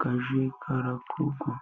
kajye gakorwa.